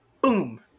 boom